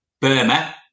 Burma